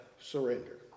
surrender